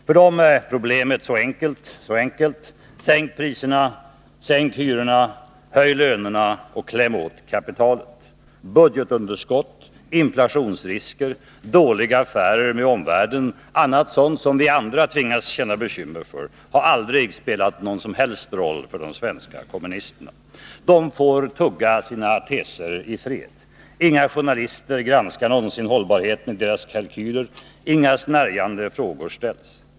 För dem är problemet så enkelt: Sänk priserna, sänk hyrorna, höj lönerna och kläm åt kapitalet! Budgetunderskott, inflationsrisker, dåliga affärer med omvärlden och annat sådant som vi andra tvingas känna bekymmer för har aldrig spelat någon som helst roll för de svenska kommunisterna. De får tugga sina teser i fred. Inga journalister granskar någonsin hållbarheten i deras kalkyler, inga snärjande frågor ställs.